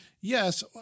yes